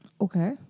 Okay